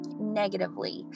negatively